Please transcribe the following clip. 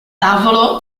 tavolo